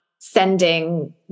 sending